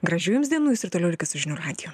gražių jums dienų jūs ir toliau likit su žinių radiju